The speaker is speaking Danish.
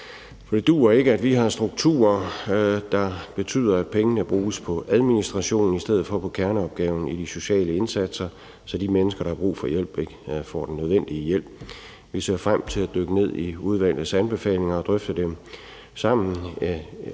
For det duer ikke, at vi har strukturer, der betyder, at pengene bruges på administration i stedet for på kerneopgaven i de sociale indsatser, så de mennesker, der har brug for hjælp, ikke får den nødvendige hjælp. Vi ser frem til at dykke ned i udvalgets anbefalinger og drøfte dem i Sammen